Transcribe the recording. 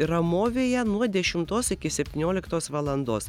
ramovėje nuo dešimtos iki septynioliktos valandos